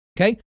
Okay